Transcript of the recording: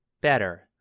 better